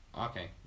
Okay